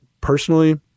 personally